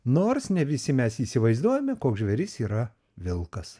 nors ne visi mes įsivaizduojame koks žvėris yra vilkas